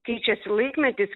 keičiasi laikmetis